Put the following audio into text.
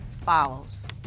follows